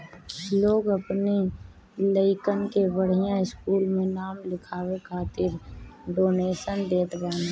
लोग अपनी लइकन के बढ़िया स्कूल में नाम लिखवाए खातिर डोनेशन देत बाने